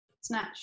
Snatch